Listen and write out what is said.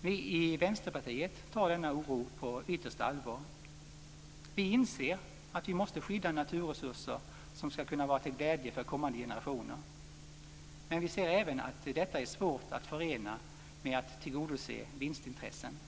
Vi i Vänsterpartiet tar denna oro på yttersta allvar. Vi inser att vi måste skydda naturresurser som ska kunna vara till glädje för kommande generationer, men vi ser även att detta är svårt att förena med att tillgodose vinstintressen.